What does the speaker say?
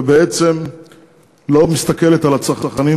ובעצם לא מסתכלת על הצרכנים